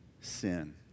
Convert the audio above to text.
sin